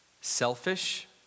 selfish